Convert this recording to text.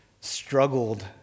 struggled